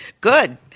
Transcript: Good